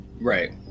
right